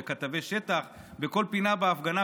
וכתבי שטח בכל פינה בהפגנה,